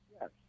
Yes